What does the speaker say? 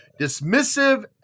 dismissive